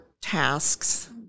tasks